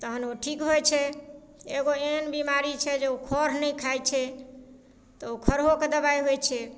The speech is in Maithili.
तहन ओ ठीक होइ छै एगो एहन बीमारी छै जे ओ खऽर नहि खाइ छै तऽ ओ खऽरहोके दबाइ होइ छै